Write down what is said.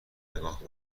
نگاه